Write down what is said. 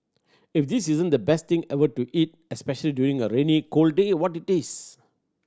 if this isn't the best thing ever to eat especially during a rainy cold day what it is